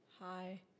hi